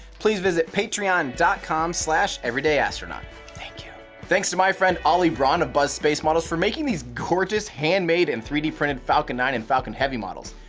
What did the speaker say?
please visit patreon dot com slash everydayastronaut thank you! thanks to my friend oli bruan of buzz space models for making these gorgeous handmade and three d printed falcon nine and falcon heavy models.